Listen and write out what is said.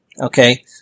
Okay